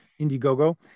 Indiegogo